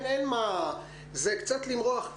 זה קצת למרוח,